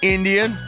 Indian